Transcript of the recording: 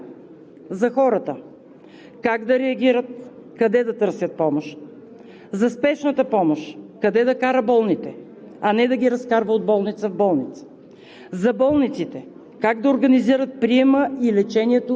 Така ще се въведе ред и спокойствие, сигурност и яснота за хората – как да реагират, къде да търсят помощ; за Спешната помощ къде да кара болните, а не да ги разкарва от болница в болница;